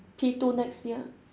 P two next year